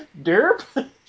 Derp